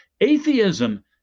atheism